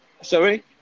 Sorry